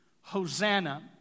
Hosanna